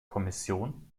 kommission